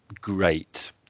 great